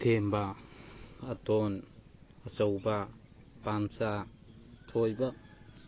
ꯊꯦꯝꯕ ꯑꯇꯣꯟ ꯑꯆꯧꯕ ꯄꯥꯝꯆꯥ ꯊꯣꯏꯕ